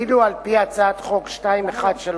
ואילו על-פי הצעת חוק פ/2139,